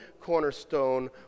cornerstone